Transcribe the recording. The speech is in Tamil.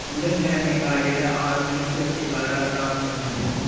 புதன்கிழமை காலையில் ஆறு மணிக்கு வச்சுருக்கிற அலாரத்தை ஆஃப் பண்ணு